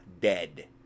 dead